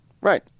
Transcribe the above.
Right